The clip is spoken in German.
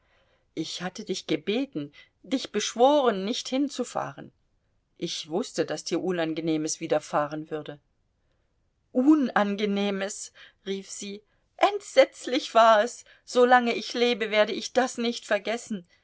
ich hatte dich gebeten dich beschworen nicht hinzufahren ich wußte daß dir unangenehmes widerfahren würde unangenehmes rief sie entsetzlich war es solange ich lebe werde ich das nicht vergessen